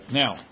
now